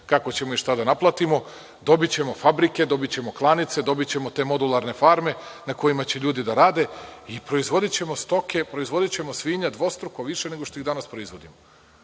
kako ćemo i šta da naplatimo. Dobićemo fabrike, dobićemo klanice, dobićemo te modularne farme na kojima će ljudi da rade i proizvodićemo stoke, svinja dvostruko više nego što ih danas proizvodimo.